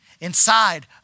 inside